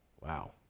Wow